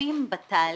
שותפים בתהליך.